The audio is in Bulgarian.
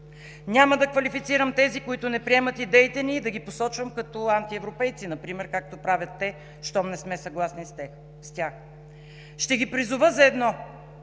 Няма да квалифицирам тези, които не приемат идеите ни, и да ги посочвам като антиевропейци, например, както правят те, щом не сме съгласни с тях. Ще ги призова за едно: